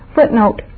Footnote